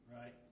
Right